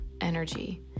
energy